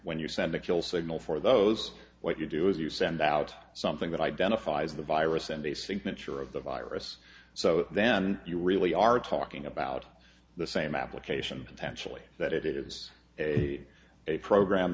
when you send a kill signal for those what you do is you send out something that identifies the virus and a signature of the virus so then you really are talking about the same application actually that it is a a program